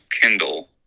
Kindle